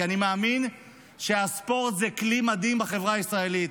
כי אני מאמין שהספורט הוא כלי מדהים בחברה הישראלית,